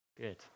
Good